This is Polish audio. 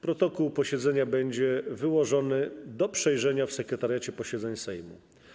Protokół posiedzenia będzie wyłożony do przejrzenia w Sekretariacie Posiedzeń Sejmu.